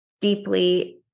deeply